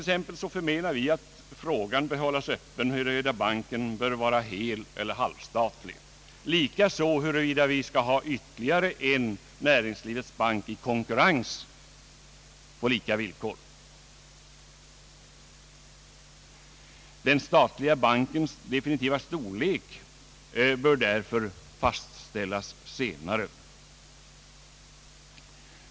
Vi menar exempelvis att frågan bör hållas öppen huruvida banken skall vara heleller halvstatlig och huruvida vi skall ha ytterligare en näringslivets bank, som skall konkurrera på lika villkor. Den statliga bankens definitiva storlek bör därför fastställas senare.